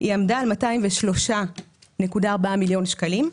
היא עמדה על 203.4 מיליון שקלים.